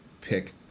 Pick